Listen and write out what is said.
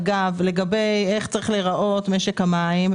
לגבי השאלה איך צריך להיראות משק המים,